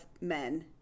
men